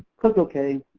click okay.